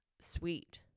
sweet